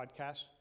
podcasts